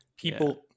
people